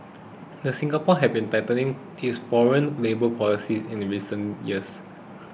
Singapore has been tightening its foreign labour policies in recent years